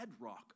bedrock